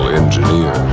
engineer